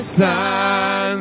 sun